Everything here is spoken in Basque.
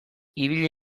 ibili